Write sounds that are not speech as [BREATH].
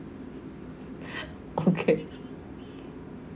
[BREATH] okay